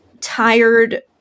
tired